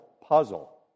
puzzle